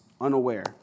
unaware